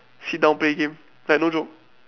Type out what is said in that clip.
sit down play game like no joke